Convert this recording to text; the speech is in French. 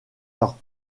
leurs